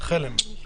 חלם.